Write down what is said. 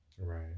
right